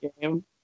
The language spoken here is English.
game